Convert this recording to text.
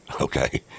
Okay